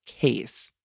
case